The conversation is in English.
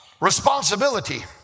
responsibility